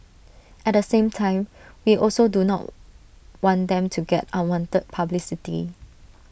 at the same time we also do not want them to get unwanted publicity